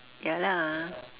ya lah